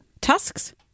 Tusks